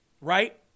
right